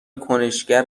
کنشگر